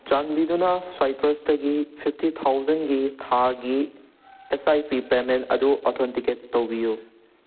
ꯆꯥꯟꯕꯤꯗꯨꯅ ꯁꯋꯥꯏꯇ꯭ꯔꯁꯇꯒꯤ ꯐꯤꯞꯇꯤ ꯊꯥꯎꯖꯟꯒꯤ ꯊꯥꯒꯤ ꯑꯦꯁ ꯑꯥꯏ ꯄꯤ ꯄꯦꯃꯦꯟꯠ ꯑꯗꯨ ꯑꯣꯊꯣꯟꯇꯤꯀꯦꯠ ꯇꯧꯕꯤꯌꯨ